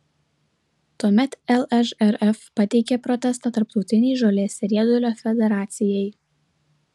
tuomet lžrf pateikė protestą tarptautinei žolės riedulio federacijai